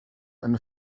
eine